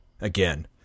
again